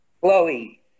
Chloe